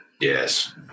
Yes